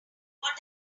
what